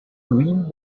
green